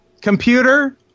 Computer